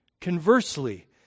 Conversely